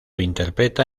interpreta